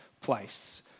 place